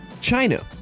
China